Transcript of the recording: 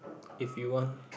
if you won